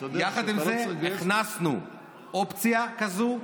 יחד עם זה הכנסנו אופציה כזאת,